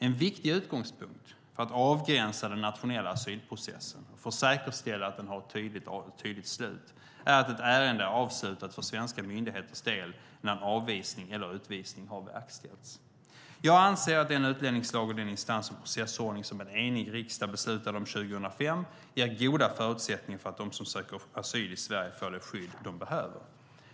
En viktig utgångspunkt för att avgränsa den nationella asylprocessen och för att säkerställa att den har ett tydligt slut är att ett ärende är avslutat för svenska myndigheters del när en avvisning eller utvisning har verkställts. Jag anser att den utlänningslag och den instans och processordning som en enig riksdag beslutade om 2005 ger goda förutsättningar för att de som söker asyl i Sverige får det skydd de behöver.